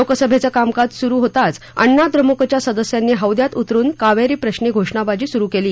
लोकसभेचं कामकाज सुरु होताच अण्णा द्रम्रुकाच्या संदस्यांनी हौद्यात उतरुन कावेरी प्रश्नी घोषणाबाजी सुरू केली